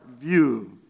view